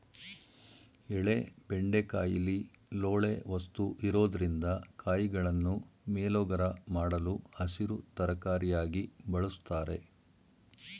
ಎಳೆ ಬೆಂಡೆಕಾಯಿಲಿ ಲೋಳೆ ವಸ್ತು ಇರೊದ್ರಿಂದ ಕಾಯಿಗಳನ್ನು ಮೇಲೋಗರ ಮಾಡಲು ಹಸಿರು ತರಕಾರಿಯಾಗಿ ಬಳುಸ್ತಾರೆ